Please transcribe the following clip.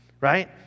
right